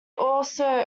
also